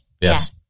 Yes